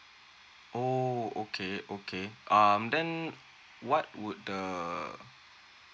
oh okay okay um then what would the